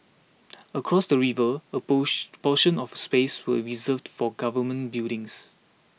across the river a pose portion of space was reserved for government buildings